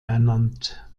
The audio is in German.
ernannt